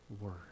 word